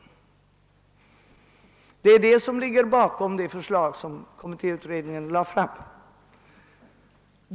Det är det som ligger bakom det förslag som kommittéutredningen framlagt.